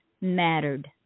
mattered